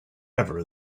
ever